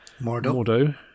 Mordo